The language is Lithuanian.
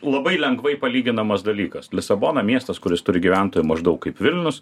labai lengvai palyginamas dalykas lisabona miestas kuris turi gyventojų maždaug kaip vilnius